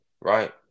right